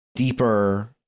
deeper